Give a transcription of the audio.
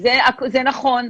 זה נכון,